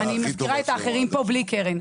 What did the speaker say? אני מזכירה את האחרים פה בלי קרן,